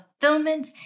fulfillment